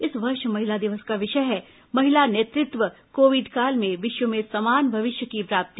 इस वर्ष महिला दिवस का विषय है महिला नेतृत्वः कोविड काल में विश्व में समान भविष्य की प्राप्ति